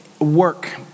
work